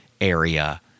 area